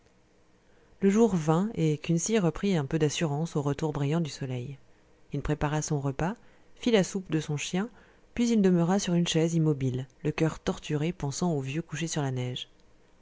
le jour vint et kunsi reprit un peu d'assurance au retour brillant du soleil il prépara son repas fit la soupe de son chien puis il demeura sur une chaise immobile le coeur torturé pensant au vieux couché sur la neige